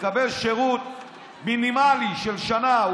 לקבל שירות מינימלי של שנה.